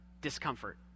discomfort